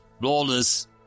lawless